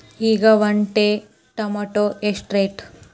ಈಗ ಒಂದ್ tray tomato rate ಎಷ್ಟ?